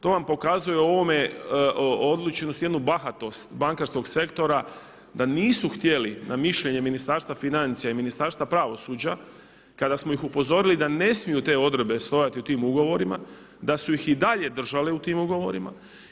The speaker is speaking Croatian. To vam pokazuje u ovome jednu bahatost bankarskog sektora da nisu htjeli na mišljenje Ministarstva financija i Ministarstva pravosuđa kada smo ih upozorili da ne smiju te odredbe stajati u tim ugovorima da su ih i dalje držale u tim ugovorima.